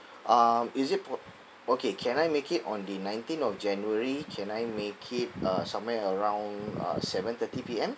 um is it po~ okay can I make it on the nineteenth of january can I make it uh somewhere around uh seven thirty P_M